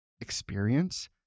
experience